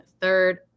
third